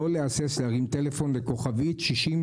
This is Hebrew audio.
לא להסס להרים טלפון ל-6016*.